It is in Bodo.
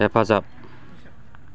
हेफाजाब